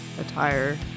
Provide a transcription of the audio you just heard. attire